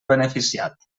beneficiat